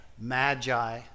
magi